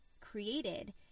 created